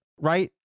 right